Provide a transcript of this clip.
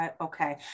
Okay